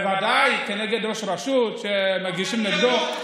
בוודאי כנגד ראש רשות שמגישים נגדו.